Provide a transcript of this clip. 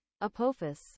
Apophis